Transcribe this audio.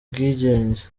bwigenge